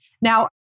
Now